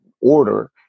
order